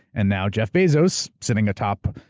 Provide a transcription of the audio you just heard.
and now, jeff bezos, sitting atop.